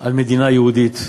על מדינה יהודית.